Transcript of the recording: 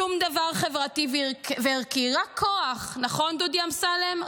שום דבר חברתי וערכי, רק כוח, נכון, דודי אמסלם?